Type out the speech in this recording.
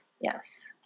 yes